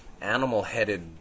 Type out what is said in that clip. animal-headed